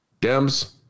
Dems